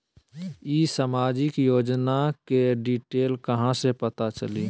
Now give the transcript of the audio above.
ई सामाजिक योजना के डिटेल कहा से पता चली?